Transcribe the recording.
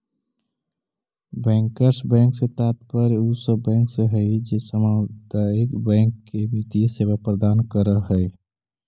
bankers bank से तात्पर्य उ सब बैंक से हइ जे सामुदायिक बैंक के वित्तीय सेवा प्रदान करऽ हइ